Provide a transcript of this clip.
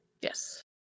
Yes